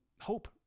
hope